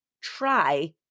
try